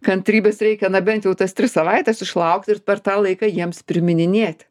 kantrybės reikia na bent jau tas tris savaites išlaukti ir per tą laiką jiems primininėti